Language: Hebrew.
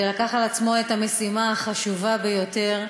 שלקח על עצמו את המשימה החשובה ביותר,